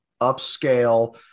upscale